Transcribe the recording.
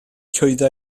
llwyddo